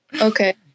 Okay